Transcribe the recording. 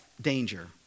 danger